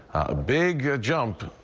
a big jump.